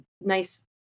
nice